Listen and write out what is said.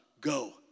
go